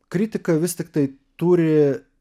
kritika vis tiktai turi